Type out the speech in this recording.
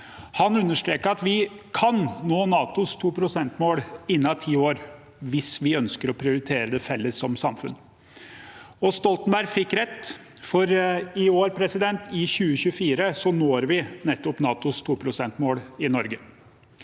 Han understreket at vi kunne nå NATOs 2-prosentmål innen ti år hvis vi ønsket å prioritere det i fellesskap som samfunn. Stoltenberg fikk rett, for i år – i 2024 – når vi nettopp NATOs 2-prosentmål i Norge.